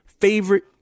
favorite